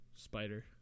Spider